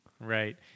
Right